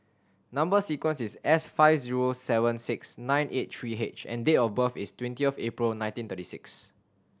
number sequence is S five zero seven six nine eight three H and date of birth is twenty of April nineteen thirty six